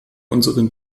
unseren